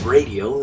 Radio